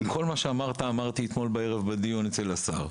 כל מה שאמרת אמרתי אתמול בערב בדיון אצל השר.